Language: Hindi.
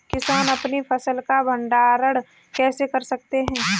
किसान अपनी फसल का भंडारण कैसे कर सकते हैं?